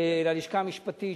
ללשכה המשפטית,